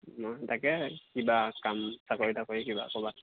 মই তাকে কিবা কাম চাকৰি তাকৰি কিবা ক'ৰবাত